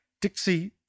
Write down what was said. Dixie